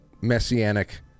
messianic